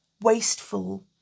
wasteful